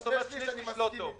עכשיו את אומרת שזה לא טוב.